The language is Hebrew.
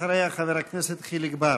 אחריה, חבר הכנסת חיליק בר.